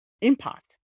impact